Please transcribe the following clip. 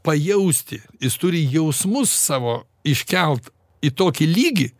pajausti jis turi jausmus savo iškelt į tokį lygį